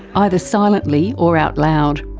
either silently or out loud.